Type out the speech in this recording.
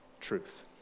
truth